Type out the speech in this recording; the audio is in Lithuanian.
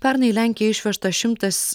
pernai į lenkiją išvežta šimtas